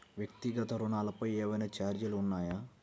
వ్యక్తిగత ఋణాలపై ఏవైనా ఛార్జీలు ఉన్నాయా?